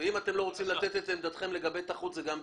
אם אתם לא רוצים לומר את עמדתכם לגבי תחרות זה גם בסדר.